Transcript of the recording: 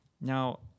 Now